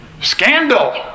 Scandal